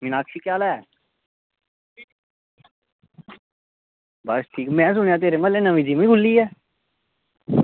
मिनाक्षी केह् हाल ऐ बस ठीक में सुनेआ तेरे म्हल्लै इक्क नमीं जिम खुल्ली ऐ